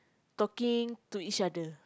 talking to each other